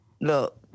Look